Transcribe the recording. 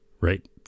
right